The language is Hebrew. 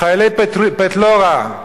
חיילי פטליורה,